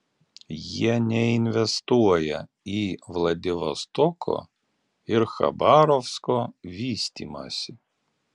jie neinvestuoja į vladivostoko ir chabarovsko vystymąsi